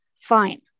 fine